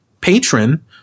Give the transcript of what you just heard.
patron